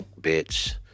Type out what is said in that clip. bitch